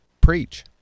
preach